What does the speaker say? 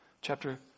Chapter